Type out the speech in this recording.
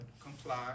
comply